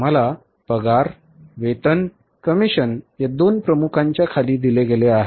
आम्हाला पगार वेतन कमिशन या दोन प्रमुखांच्या खाली दिले गेले आहे